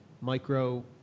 micro